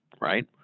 right